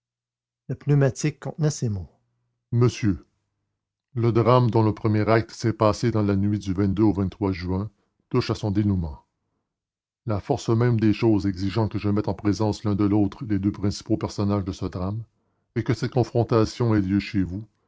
le pneumatique contenait ces mots monsieur le drame dont le premier acte s'est passé dans la nuit du au juin touche à son dénouement la force même des choses exigeant que je mette en présence l'un de l'autre les deux principaux personnages de ce drame et que cette confrontation ait lieu chez vous